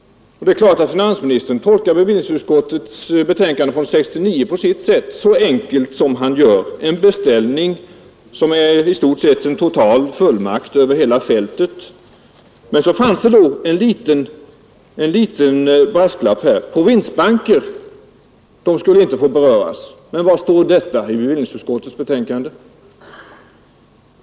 Det är klart att finansministern tolkar bevillningsutskottets betänkande 1969 på sitt vis, dvs. i stort sett som en total fullmakt över hela linjen. Men det fanns en liten brasklapp; provinsbanker skulle inte få beröras. Men var står detta i bevillningsutskottets betänkande?